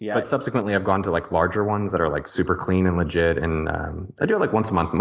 yeah like subsequently i've gone to like larger ones that are like super-clean and legit and i do it like once a month.